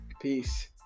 Peace